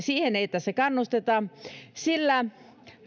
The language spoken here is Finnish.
siihen ei tässä kannusteta sillä